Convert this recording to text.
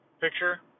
picture